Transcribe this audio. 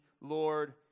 Lord